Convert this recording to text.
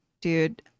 dude